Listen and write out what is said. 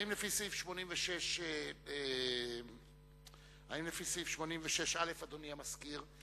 האם לפי סעיף 86(א), אדוני המזכיר,